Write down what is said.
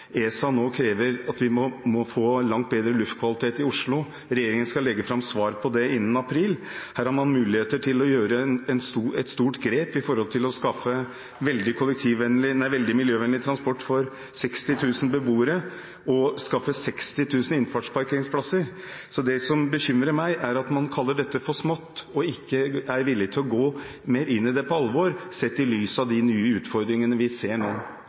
ESA nå krever at vi må få langt bedre luftkvalitet i Oslo. Regjeringen skal legge fram svar på det innen april. Her har man mulighet til å ta et stort grep for å skaffe veldig miljøvennlig transport for 60 000 beboere – og skaffe 6 000 innfartsparkeringsplasser. Det som bekymrer meg, er at man kaller dette for smått og ikke er villig til å gå mer inn i dette på alvor sett i lys av de nye utfordringene vi ser nå.